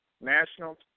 national